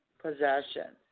possession